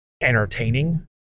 entertaining